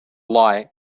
lie